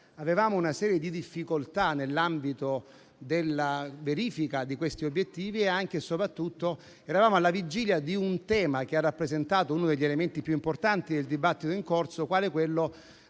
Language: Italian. avevamo una serie di difficoltà nell'ambito della verifica di questi obiettivi e - anche e soprattutto - eravamo alla vigilia di un tema che ha rappresentato uno degli elementi più importanti del dibattito in corso. Mi riferisco